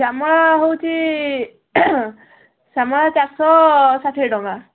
ଶ୍ୟାମଳ ହେଉଛି ଶ୍ୟାମଳା ଚାରିଶହ ଷାଠିଏ ଟଙ୍କା